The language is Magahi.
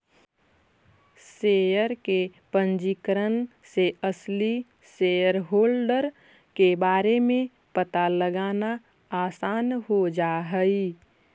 शेयर के पंजीकरण से असली शेयरहोल्डर के बारे में पता लगाना आसान हो जा हई